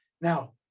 Now